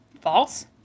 False